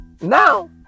Now